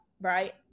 right